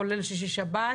כולל שישי ושבת,